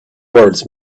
words